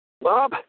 Bob